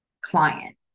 client